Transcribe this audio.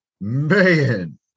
Man